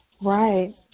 Right